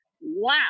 wow